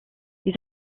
ils